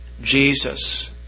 Jesus